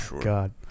God